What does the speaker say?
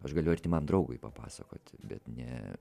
aš galiu artimam draugui papasakoti bet ne